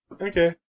Okay